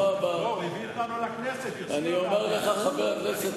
לא, הוא הביא אותנו לכנסת, הציל אותנו.